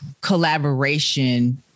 collaboration